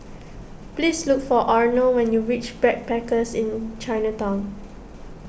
please look for Arnold when you reach Backpackers Inn Chinatown